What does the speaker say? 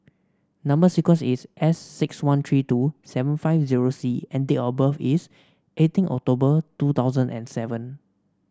number sequence is S six one three two seven five zero C and date of birth is eighteen October two thousand and seven